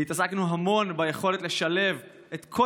והתעסקנו המון ביכולת לשלב את כל